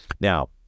Now